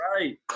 Right